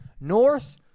north